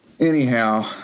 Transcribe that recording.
anyhow